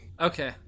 Okay